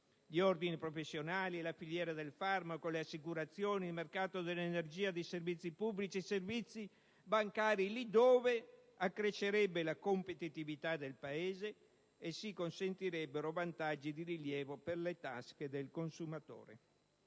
gli ordini professionali, la filiera del farmaco, le assicurazioni, il mercato dell'energia, dei servizi pubblici e bancari, lì dove si accrescerebbe la competitività Paese e si consentirebbero vantaggi di rilievo per le tasche del consumatore.